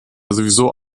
sowieso